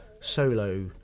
solo